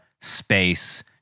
Space